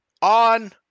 on